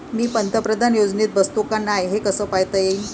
मी पंतप्रधान योजनेत बसतो का नाय, हे कस पायता येईन?